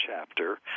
chapter